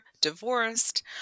divorced